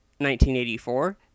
1984